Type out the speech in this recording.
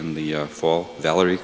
in the fall valerie